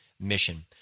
mission